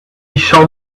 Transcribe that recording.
shall